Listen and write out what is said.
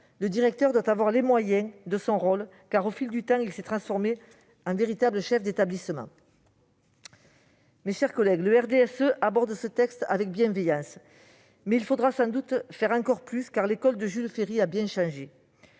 le directeur doit avoir les moyens de son rôle, car il s'est progressivement transformé en un véritable chef d'établissement. Mes chers collègues, le groupe du RDSE aborde ce texte avec bienveillance, mais il faudra sans doute faire encore plus, car l'école de Jules Ferry a bien changé.